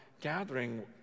gathering